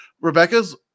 Rebecca's